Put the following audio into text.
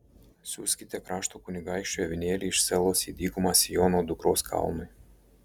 siųskite krašto kunigaikščiui avinėlį iš selos į dykumą siono dukros kalnui